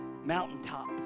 Mountaintop